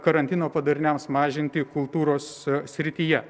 karantino padariniams mažinti kultūros srityje